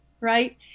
right